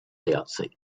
dioxide